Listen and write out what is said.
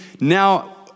now